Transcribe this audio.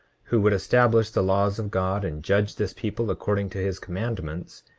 who would establish the laws of god, and judge this people according to his commandments,